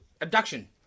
Abduction